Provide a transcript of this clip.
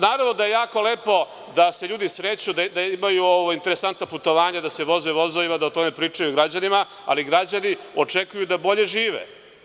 Naravno, da je jako lepo da se ljudi sreću, da imaju interesantna putovanja da se voze vozovima, da o tome pričaju građanima, ali građani očekuju da bolje žive.